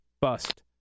Bust